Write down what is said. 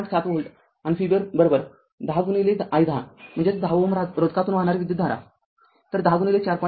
७ volt आणि Vb १० गुणिले i१० म्हणजे १० Ω रोधकातून वाहणारी विद्युतधारा तर१० गुणिले ४